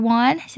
one